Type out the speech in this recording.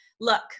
look